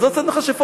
עזוב ציד מכשפות,